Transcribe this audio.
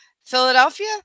Philadelphia